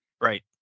Right